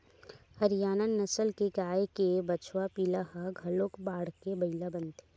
हरियाना नसल के गाय के बछवा पिला ह घलोक बाड़के बइला बनथे